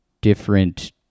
different